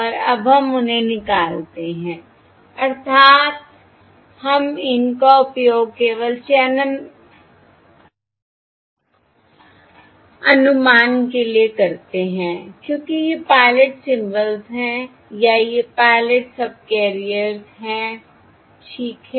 और अब हम उन्हें निकालते हैं अर्थात हम इनका उपयोग केवल चैनल अनुमान के लिए करते हैं क्योंकि ये पायलट सिंबल्स हैं या ये पायलट सबकैरियर्स हैं ठीक है